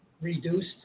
reduced